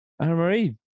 Anna-Marie